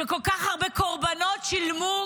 כל כך הרבה קורבנות שילמו,